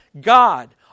God